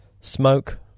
Smoke